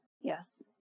Yes